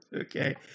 okay